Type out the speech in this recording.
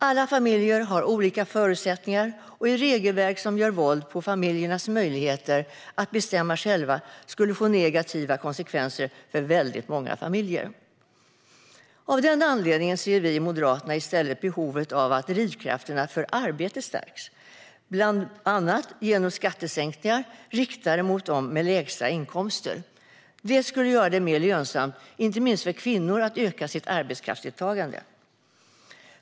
Alla familjer har olika förutsättningar, och ett regelverk som gör våld på familjers möjlighet att bestämma själva skulle få negativa konsekvenser för väldigt många familjer. Av den anledningen ser vi i Moderaterna i stället behovet av att drivkrafterna för arbete stärks, bland annat genom skattesänkningar riktade mot dem med lägst inkomster. Det skulle göra det mer lönsamt inte minst för kvinnor att öka sitt arbetskraftsdeltagande.